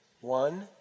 One